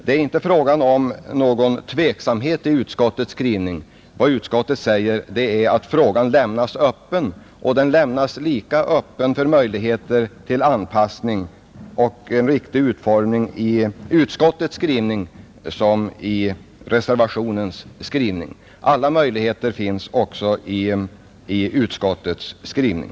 Det är inte fråga om någon tveksamhet i utskottets skrivning. Vad utskottet säger är att frågan lämnas öppen, och den lämnas lika öppen för möjligheter till anpassning och en riktig utformning enligt utskottets skrivning som enligt reservationens skrivning; alla möjligheter hålls öppna också enligt utskottets skrivning.